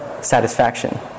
satisfaction